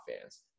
fans